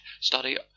study